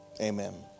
amen